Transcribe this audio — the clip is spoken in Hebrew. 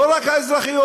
לא רק האזרחיות.